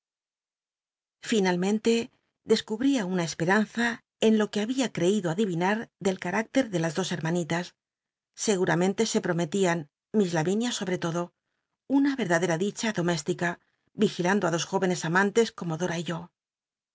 finalmente clcscubria una csperanza en lo que había crcido adiyin h del cal'líct cr de las dos hermanitas seguramente se ijromctian miss lal'inia sobre todo una ycrdadera dicha doméstica vigilando á dos jóyencs amantes como dora y yo